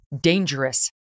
dangerous